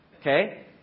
okay